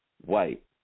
white